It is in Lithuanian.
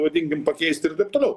vadinkim pakeisti ir taip toliau